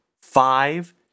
five